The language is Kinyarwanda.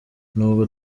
nubwo